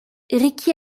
ricky